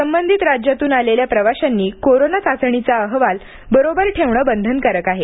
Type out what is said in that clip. संबंधित राज्यांतून आलेल्या प्रवाशांनी कोरोना चाचणीचा अहवाल बरोबर ठेवण बंधनकारक आहे